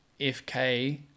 fk